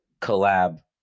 collab